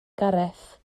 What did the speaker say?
gareth